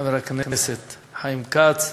חבר הכנסת חיים כץ,